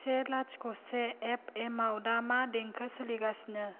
से लाथिख' से एफ एम आव दा मा देंखो सोलिगासिनो